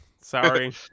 Sorry